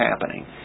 happening